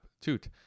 Toot